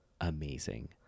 amazing